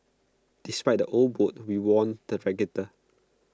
despite the old boat we won the regatta